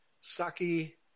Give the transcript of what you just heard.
Saki